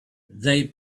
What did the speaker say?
they